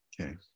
Okay